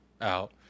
out